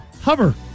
hover